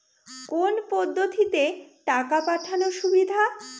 কোন পদ্ধতিতে টাকা পাঠানো সুবিধা?